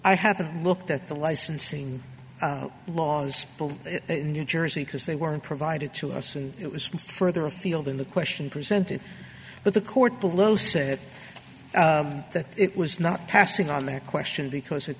i haven't looked at the licensing laws new jersey because they weren't provided to us and it was further afield in the question presented but the court below said that it was not passing on that question because i